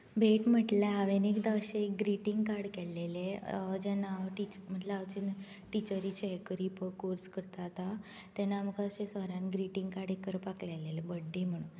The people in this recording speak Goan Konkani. भेट म्हणटल्यार हांवें एकदां अशें ग्रिटींग कार्ड केलेलें जेन्ना हांव टिचेरीचे म्हणजें हांव जेन्ना टिचेरीचे हें करी पळय कोर्स करतात तेन्ना अशें म्हाका सरान ग्रिटींग कार्ड एक करपाक लायिल्लें बर्थडे म्हणून